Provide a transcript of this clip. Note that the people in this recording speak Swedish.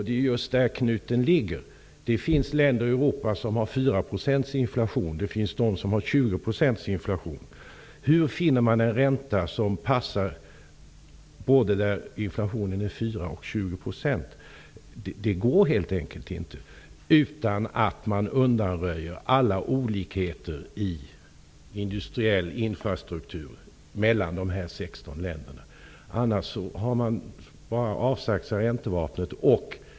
Det är just där knuten ligger. Det finns länder i Europa som har 4 % inflation, det finns de som har 20 % inflation. Hur finner man en ränta som passar både där inflationen är på 4 % och där den ligger på 20 %? Det går helt enkelt inte utan att man undanröjer alla olikheter i industriell infrastruktur mellan de 16 länderna. Annars har man bara avsagt sig räntevapnet.